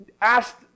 asked